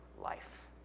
life